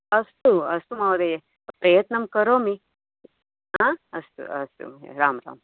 अस्तु अस्तु महोदये प्रयत्नं करोमि आ अस्तु राम् राम्